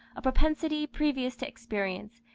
a propensity previous to experience,